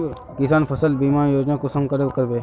किसान फसल बीमा योजना कुंसम करे करबे?